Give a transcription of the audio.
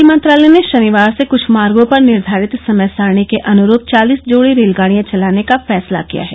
rail मंत्रालय ने शनिवार से कछ मागों पर निर्धारित समय सारणी के अनरूप चालिस जोडी रेलगाडियां चलाने का फैसला किया है